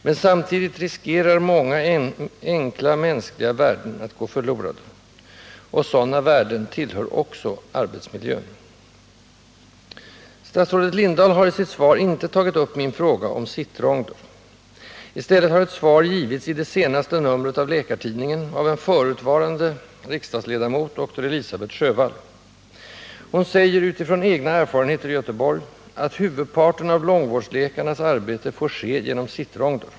Men samtidigt riskerar många enkla mänskliga värden att gå förlorade, och sådana värden tillhör också arbetsmiljön. Statsrådet Lindahl har i sitt svar inte tagit upp min fråga om ”sittronder”. I stället har ett svar givits i det senaste numret av Läkartidningen av en förutvarande riksdagsledamot, dr Elisabet Sjövall. Hon säger utifrån egna erfarenheter i Göteborg att huvudparten av långvårdsläkarnas arbete får ske genom sittronder.